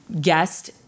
guest